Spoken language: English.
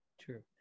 True